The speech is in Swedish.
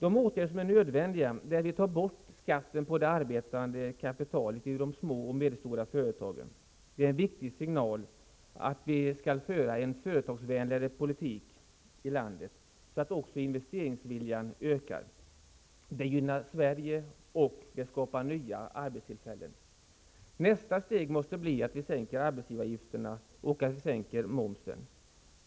En åtgärd som är nödvändig är att ta bort skatten på det arbetande kapitalet i de små och medelstora företagen. Det är en viktig signal om att vi skall föra en företagsvänligare politik i landet, så att också investeringsviljan ökar. Det gynnar Sverige, och det skapar nya arbetstillfällen. Nästa steg måste bli att vi sänker arbetsgivaravgifterna och att vi sänker momsen.